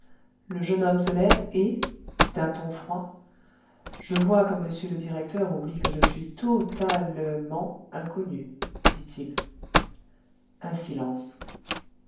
le jeune homme se lève et d'un ton froid je vois que monsieur le directeur oublie que je suis to ta le ment inconnu dit-il un silence